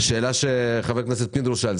שאלה שחבר הכנסת פינדרוס שאל.